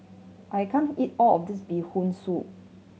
I can't eat all of this Bee Hoon Soup